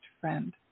friend